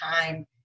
time